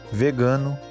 vegano